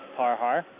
Parhar